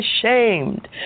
ashamed